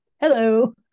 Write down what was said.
hello